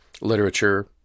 literature